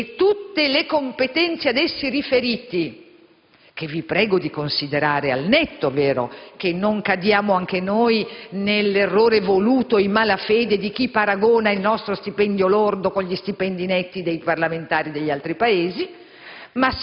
e tutte le competenze ad essi riferite - che vi prego di considerate al netto, senza cadere anche noi nell'errore voluto e in malafede di chi paragona il nostro stipendio lordo con gli stipendi netti dei parlamentari degli altri Paesi